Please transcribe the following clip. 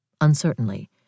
uncertainly